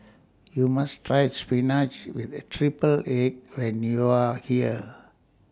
YOU must Try Spinach with A Triple Egg when YOU Are here